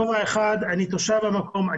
בכובע אחד אני תושב המקום,